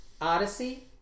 Odyssey